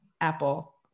Apple